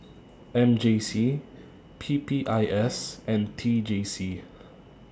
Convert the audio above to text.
M J C P P I S and T J C